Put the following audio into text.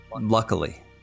Luckily